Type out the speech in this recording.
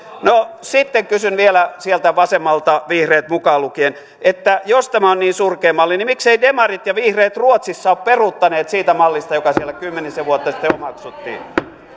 no sitten kysyn vielä sieltä vasemmalta vihreät mukaan lukien jos tämä on niin surkea malli mikseivät demarit ja vihreät ruotsissa ole peruuttaneet siitä mallista joka siellä kymmenisen vuotta sitten omaksuttiin